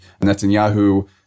Netanyahu